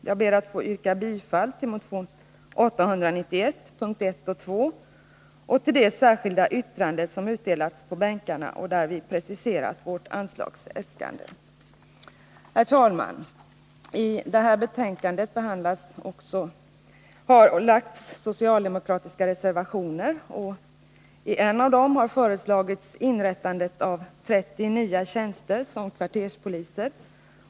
Jag ber att få hemställa om bifall till följande särskilda yrkande, vilket delats ut på ledamöternas bänkar och i vilket vi preciserar vårt anslagsäskande: Vid utskottets betänkande har också fogats ett par socialdemokratiska reservationer. I en av dem har föreslagits inrättandet av 30 nya tjänster som kvarterspoliser.